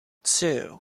two